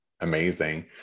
amazing